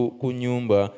kunyumba